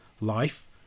Life